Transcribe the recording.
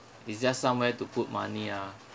it's just somewhere to put money ah